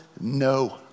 no